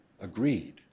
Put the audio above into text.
agreed